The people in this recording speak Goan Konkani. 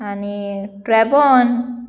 आनी ट्रॅबोन